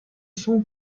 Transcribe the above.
son